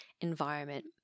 environment